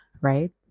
right